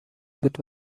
بود